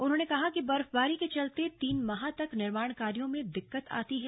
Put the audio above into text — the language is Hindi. उन्होंने कहा कि बर्फबारी के चलते तीन माह तक निर्माण कार्यो में दिक्कत आती है